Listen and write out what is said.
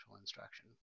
instruction